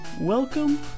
Welcome